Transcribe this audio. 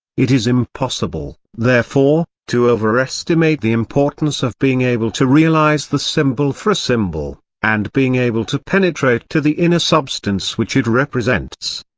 it is impossible, therefore, to overestimate the importance of being able to realise the symbol for a symbol, and being able to penetrate to the inner substance which it represents.